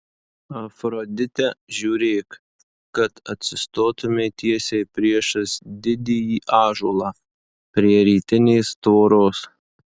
afrodite žiūrėk kad atsistotumei tiesiai priešais didįjį ąžuolą prie rytinės tvoros